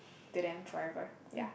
to them forever ya